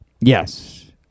Yes